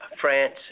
France